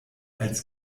als